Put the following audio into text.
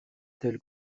tel